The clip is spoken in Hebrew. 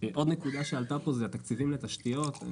עוד נקודה שעלתה פה זה תקציבים לתשתיות.